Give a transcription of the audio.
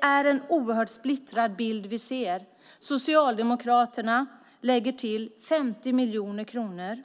är en oerhört splittrad bild vi ser. Socialdemokraterna lägger till 50 miljoner.